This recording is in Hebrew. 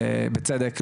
בצדק,